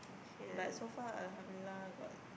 but so far alhamdulillah got